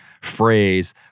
phrase